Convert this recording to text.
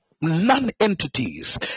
non-entities